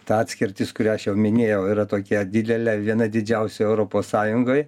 ta atskirtis kurią aš jau minėjau yra tokia didelė viena didžiausių europos sąjungoj